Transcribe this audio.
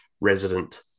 resident